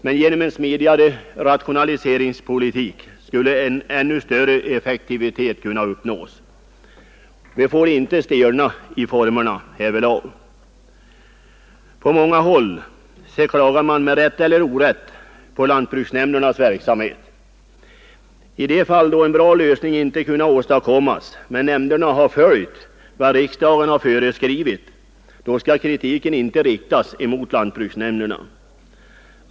Men genom en smidigare rationaliseringspolitik skulle en ännu större effektivitet kunna uppnås. Vi får inte stelna i formerna härvidlag. På många håll klagas med rätt eller orätt på lantbruksnämndernas verksamhet. I de fall då en bra lösning inte har kunnat åstadkommas men nämnderna har följt vad riksdagen föreskrivit skall kritiken inte riktas mot lantbruksnämnderna.